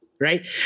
right